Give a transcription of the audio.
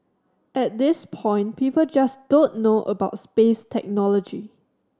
at this point people just don't know about space technology